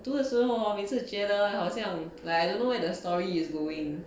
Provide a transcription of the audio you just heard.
我读的时候 hor 每次觉得好像 like I don't know where the story is going